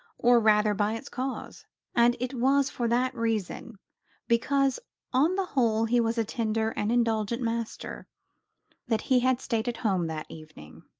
or rather by its cause and it was for that reason because on the whole he was a tender and indulgent master that he had stayed at home that evening.